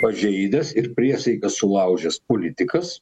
pažeidęs ir priesaiką sulaužęs politikas